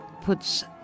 puts